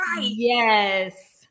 Yes